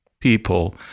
people